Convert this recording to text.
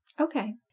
Okay